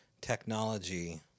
technology